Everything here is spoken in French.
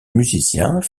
musiciens